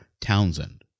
Townsend